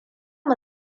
mu